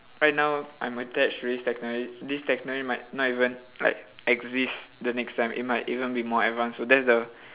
right now I'm attached to this technolo~ this technology might not even like exist the next time it might even be more advanced so that's the